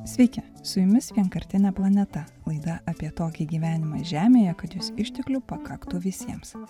sveiki su jumis vienkartinė planeta laida apie tokį gyvenimą žemėje kad jos išteklių pakaktų visiems